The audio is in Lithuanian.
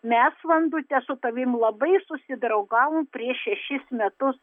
mes vandute su tavim labai susidraugavom prieš šešis metus